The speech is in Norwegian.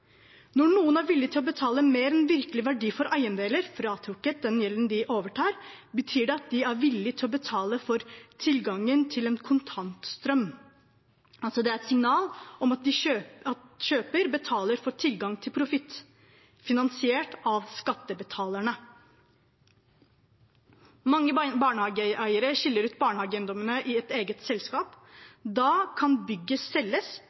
Når noen er villig til å betale mer enn virkelig verdi for eiendeler, fratrukket den gjelden de overtar, betyr det at de er villig til å betale for tilgangen til en kontantstrøm. Det er altså et signal om at kjøper betaler for tilgang til profitt finansiert av skattebetalerne. Mange barnehageeiere skiller ut barnehageeiendommene i et eget selskap. Da kan bygget selges